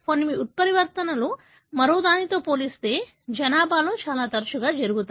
కొన్ని ఉత్పరివర్తనలు మరొకదానితో పోలిస్తే జనాభా లో చాలా తరచుగా జరుగుతాయి